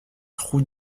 route